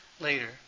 later